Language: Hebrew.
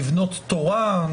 לבנות תורה.